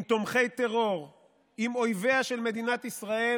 עם תומכי טרור, עם אויביה של מדינת ישראל,